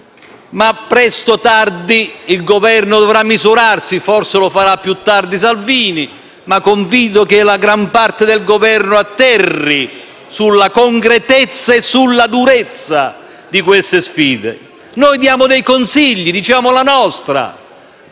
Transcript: Ma, presto o tardi, il Governo dovrà misurarsi: forse lo farà più tardi il ministro Salvini, ma confido che la gran parte del Governo atterri sulla concretezza e sulla durezza di queste sfide. Noi diamo dei consigli, diciamo la nostra,